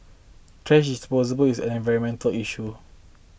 thrash disposable is an environmental issue